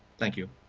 thank you.